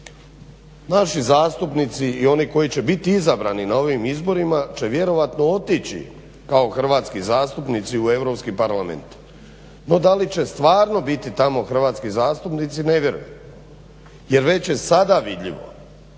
Naši zastupnici i oni koji će biti izabrani na ovim izborima će vjerojatno otići kao hrvatski zastupnici u Europski parlament no da li će stvarno biti tamo hrvatski zastupnici ne vjerujem, jer već je sada vidljivo